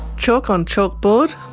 chalk on chalkboard,